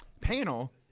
Panel